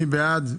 מי בעד?